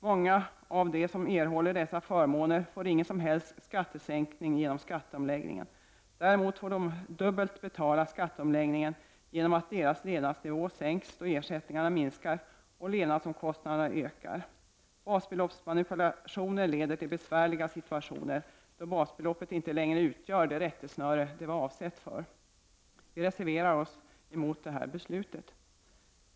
Många av dem som erhåller dessa förmåner får ingen som helst skattesänkning till följd av skatteomläggningen. Däremot får de dubbelt betala skatteomläggningen genom att deras levandsnivå sänks då ersättningarna minskar och levnadsomkostnaderna ökar. Basbeloppsmanipulationer leder till besvärliga situationer då basbeloppet inte längre utgör det rättesnöre det var avsett för. Vi reserverar oss mot detta beslut.